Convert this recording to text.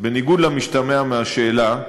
אז בניגוד למשתמע מהשאלה,